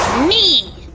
me!